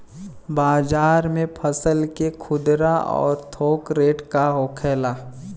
बाजार में फसल के खुदरा और थोक रेट का होखेला?